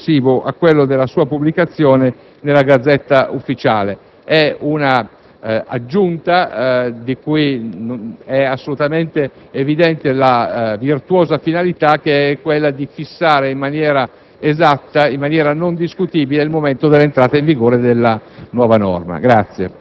nel giorno successivo a quello della sua pubblicazione nella *Gazzetta Ufficiale*. Si tratta di un'aggiunta di cui è assolutamente evidente la virtuosa finalità, che è quella di fissare, in maniera esatta e non discutibile, il momento dell'entrata in vigore della nuova